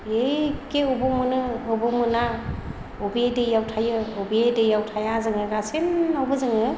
एखे अबाव मोनो अबाव मोना अबे दैयाव थायो अबे दैयाव थाया जोङो गासैनावबो जोङो